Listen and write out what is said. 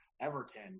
Everton